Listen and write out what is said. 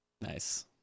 Nice